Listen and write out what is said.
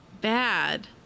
bad